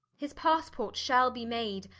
his pasport shall be made,